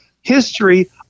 history